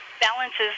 balances